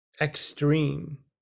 extreme